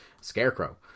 Scarecrow